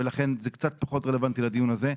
ולכן, זה קצת פחות רלוונטי לדיון הזה.